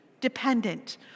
dependent